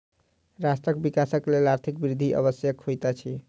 राष्ट्रक विकासक लेल आर्थिक वृद्धि आवश्यक होइत अछि